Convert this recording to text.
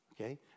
Okay